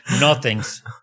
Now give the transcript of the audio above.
Nothing's